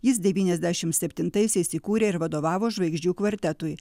jis devyniasdešim septintaisiais įkūrė ir vadovavo žvaigždžių kvartetui